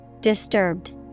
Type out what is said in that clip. Disturbed